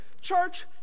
Church